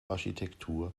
architektur